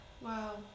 Wow